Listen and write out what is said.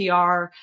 PR